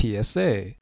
PSA